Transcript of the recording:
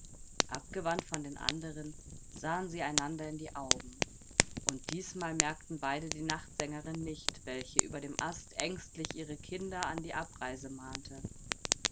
abgewandt von den anderen sahen sie einander in die augen und diesmal merkten beide die nachtsängerin nicht welche über dem ast ängstlich ihre kinder an die abreise mahnte